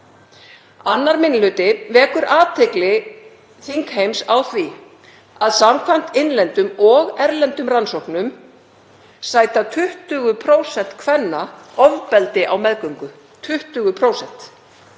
Annar minni hluti vekur athygli þingheims á því að samkvæmt innlendum og erlendum rannsóknum sæta 20% kvenna ofbeldi á meðgöngu, 20%.